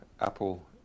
Apple